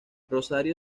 rosario